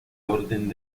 orden